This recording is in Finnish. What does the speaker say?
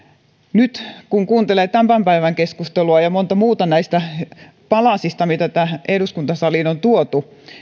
nyt kun kuuntelee tämän tämän päivän keskustelua ja montaa muuta näistä palasista mitä eduskuntasaliin on tuotu